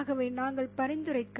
ஆகவே நாங்கள் பரிந்துரைக்க